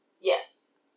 yes